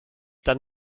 dann